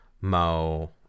Mo